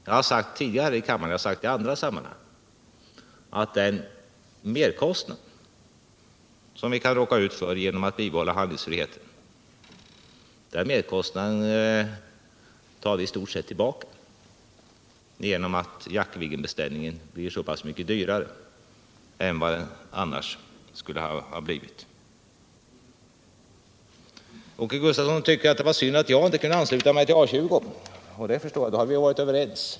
Jag har sagt tidigare både i kammaren och i andra sammanhang alt den merkostnad som vi kan råka ut för genom att bibehålla handlingsfriheten, den tar vi i stort sett tillbaka genom att Jaktviggenbeställningen blir så pass mycket dyrare än vad den annars skulle ha blivit. Åke Gustavsson tycker att det var synd att jag inte kunde ansluta mig till A 20. Det förstår jag, ty då hade vi varit överens.